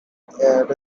and